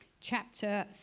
chapter